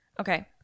Okay